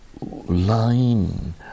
line